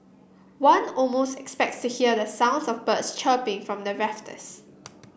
one almost expects to hear the sounds of birds chirping from the rafters